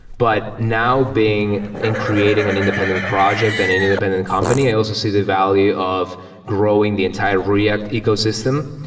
but now being and creating an independent project and an independent company, i also see the value of growing the entire react ecosystem.